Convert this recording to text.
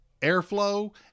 airflow